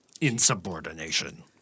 insubordination